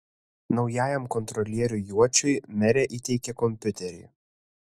naujajam kontrolieriui juočiui merė įteikė kompiuterį